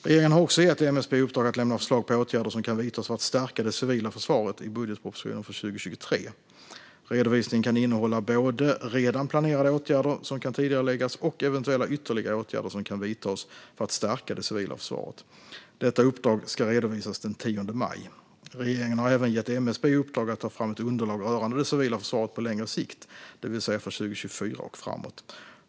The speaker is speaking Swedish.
Regeringen har gett MSB i uppdrag att lämna förslag på åtgärder som kan vidtas för att stärka det civila försvaret i budgetpropositionen för 2023. Redovisningen kan innehålla både redan planerade åtgärder som kan tidigareläggas och eventuella ytterligare åtgärder som kan vidtas för att stärka det civila försvaret. Detta uppdrag ska redovisas den 10 maj. Regeringen har även gett MSB i uppdrag att ta fram ett underlag rörande det civila försvaret på längre sikt, det vill säga för 2024 och framåt.